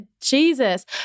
Jesus